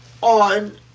on